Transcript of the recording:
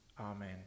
Amen